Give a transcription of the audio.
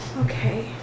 Okay